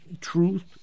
truth